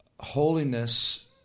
Holiness